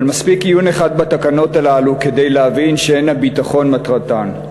אבל מספיק עיון אחד בתקנות הללו כדי להבין שאין הביטחון מטרתן.